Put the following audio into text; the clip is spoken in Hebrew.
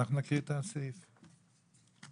ואנחנו ההסתדרות הרפואית עוד לא נכנסו למשא ומתן הזה,